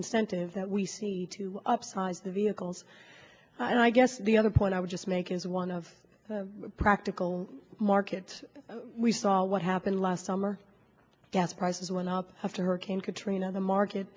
incentive that we see to upsize the vehicles and i guess the other point i would just make is one of practical markets we saw what happened last summer gas prices went up after hurricane katrina the market